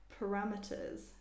parameters